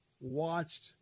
watched